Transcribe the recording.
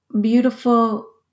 beautiful